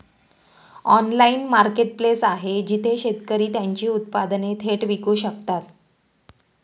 Online marketplace आहे जिथे शेतकरी त्यांची उत्पादने थेट विकू शकतात?